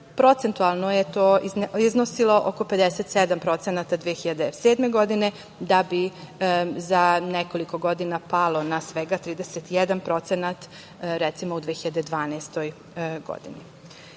Procentualno je to iznosilo oko 57% 2007. godine, da bi za nekoliko godina palo na svega 31%, recimo, u 2012. godini. Drugo,